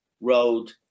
road